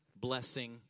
blessing